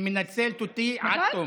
היא מנצלת אותי עד תום.